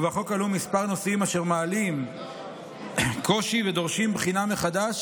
ובחוק עלו כמה נושאים אשר מעלים קושי ודורשים בחינה מחדש,